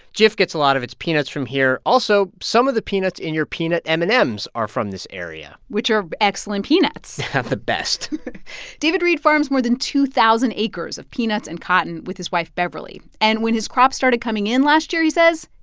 jif gets a lot of its peanuts from here. also, some of the peanuts in your peanut m and m's are from this area which are excellent peanuts the best david reed farms more than two thousand acres of peanuts and cotton with his wife, beverly. and when his crop started coming in last year, he says,